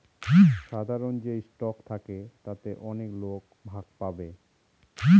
সাধারন যে স্টক থাকে তাতে অনেক লোক ভাগ পাবে